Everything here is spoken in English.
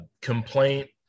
complaint